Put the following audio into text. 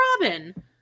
Robin